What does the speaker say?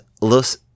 Los